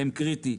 הם קריטיים.